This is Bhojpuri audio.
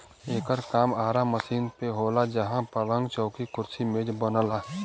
एकर काम आरा मशीन पे होला जहां पलंग, चौकी, कुर्सी मेज बनला